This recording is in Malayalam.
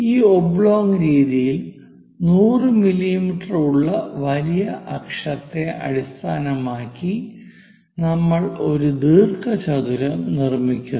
ഈ ഒബ്ലോങ് രീതിയിൽ 100 മില്ലീമീറ്റർ ഉള്ള വലിയ അക്ഷത്തെ അടിസ്ഥാനമാക്കി നമ്മൾ ഒരു ദീർഘചതുരം നിർമ്മിക്കുന്നു